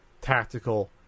tactical